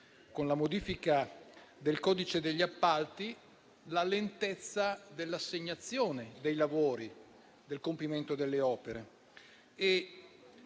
con la modifica del codice degli appalti, la lentezza dell'assegnazione dei lavori per il compimento delle opere.